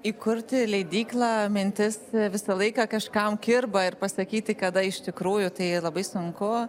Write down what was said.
įkurti leidyklą mintis visą laiką kažkam kirba ir pasakyti kada iš tikrųjų tai labai sunku